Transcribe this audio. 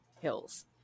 Hills